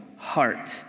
Heart